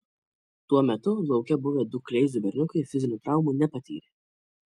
tuo metu lauke buvę du kleizų berniukai fizinių traumų nepatyrė